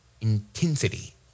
intensity